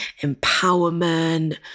empowerment